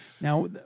Now